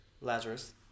Lazarus